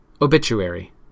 Obituary